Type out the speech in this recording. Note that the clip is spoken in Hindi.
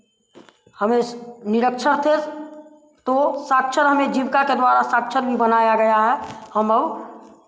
हमे निरक्षर थे तो साक्षर हमें जीविका के द्वारा साक्षर भी बनाया गया है हम